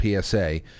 PSA